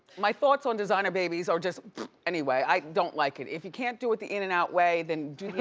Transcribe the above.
my thoughts on designer babies are just any way. i don't like it. if you can't do it the in and out way, then do